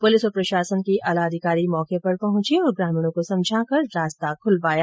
police और प्रशासन के आला अधिकारी मौके पर पहचे और ग्रामीणों को समझाकर रास्ता खुलवाया